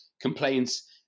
complaints